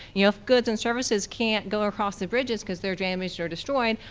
yeah if goods and services can't go across the bridges because they are damaged or destroyed,